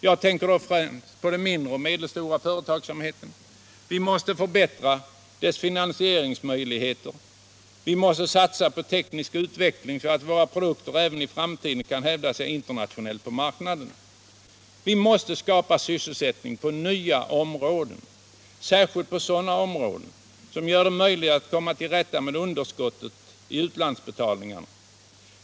Jag tänker då främst på den mindre och medelstora företagsamheten. Vi måste förbättra dess finansieringsoch försäljningsmöjligheter. Vi måste satsa på teknisk utveckling så att våra produkter även i framtiden kan hävda sig internationellt och på hemmamarknaden. 3. Vi måste skapa sysselsättning på nya områden — särskilt på sådana områden som gör det möjligt att komma till rätta med underskottet i utlandsbetalningarna.